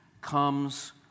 comes